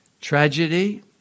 tragedy